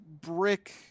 brick